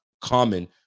common